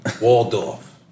Waldorf